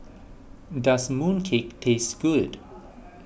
does Mooncake taste good